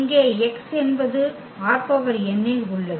இங்கே x என்பது ℝn இல் உள்ளது